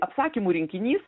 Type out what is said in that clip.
apsakymų rinkinys